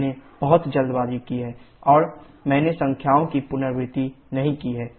मैंने बहुत जल्दबाजी की है और मैंने संख्याओं की पुनरावृत्ति नहीं की है